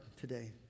today